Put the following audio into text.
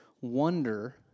wonder